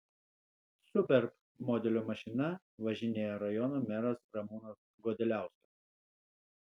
superb modelio mašina važinėja rajono meras ramūnas godeliauskas